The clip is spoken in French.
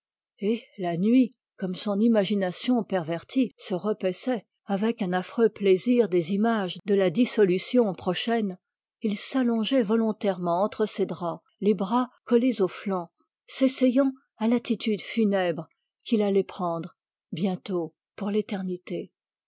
tombeaux la nuit comme son imagination pervertie se repaissait avec un affreux plaisir des images de la dissolution prochaine il s'allongeait les bras collés aux flancs s'essayant à l'attitude funèbre qu'il allait prendre bientôt pour l'éternité